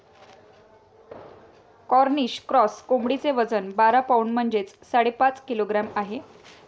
Cornish cross कोंबडीचे वजन बारा पौंड म्हणजेच साडेपाच किलोग्रॅम आहे